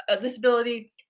disability